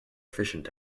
efficient